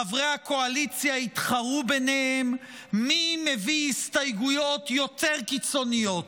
חברי הקואליציה התחרו ביניהם מי מביא הסתייגויות יותר קיצוניות,